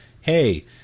hey